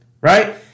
right